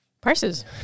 Prices